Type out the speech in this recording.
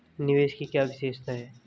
निवेश की क्या विशेषता है?